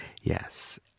Yes